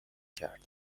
کرد